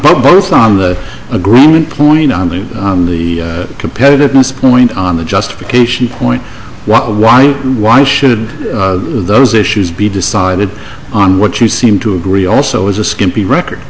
both on the agreement point on the on the competitiveness point on the justification point why why should those issues be decided on what you seem to agree also is a skimpy record